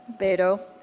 Beto